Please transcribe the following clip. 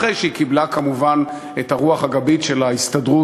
אחרי שהיא קיבלה כמובן את הרוח הגבית של ההסתדרות,